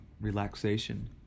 relaxation